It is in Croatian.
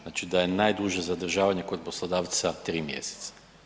Znači da je najduže zadržavanje kod poslodavca 3 mjeseca.